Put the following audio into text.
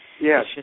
Yes